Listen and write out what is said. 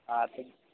હા